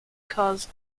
cause